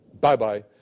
bye-bye